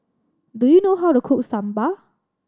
do you know how to cook Sambar